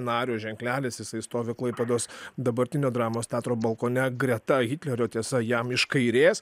nario ženklelis jisai stovi klaipėdos dabartinio dramos teatro balkone greta hitlerio tiesa jam iš kairės